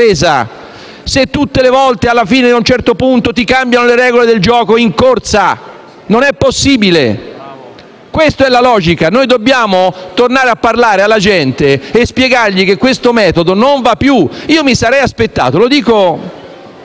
se tutte le volte, a un certo punto, ti cambiano le regole del gioco in corsa. Non è possibile! Questa è la logica. Noi dobbiamo tornare a parlare alla gente e spiegare che questo metodo non va più. Mi sarei aspettato - lo dico